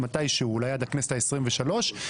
אולי עד הכנסת ה-23.